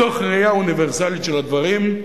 מתוך ראייה אוניברסלית של הדברים,